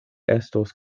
estos